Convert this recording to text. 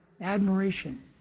admiration